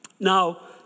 Now